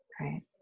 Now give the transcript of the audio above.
right